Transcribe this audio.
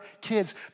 kids